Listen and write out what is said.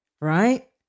right